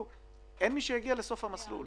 אין מי שיגיע לסוף המסלול.